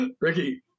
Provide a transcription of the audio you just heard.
Ricky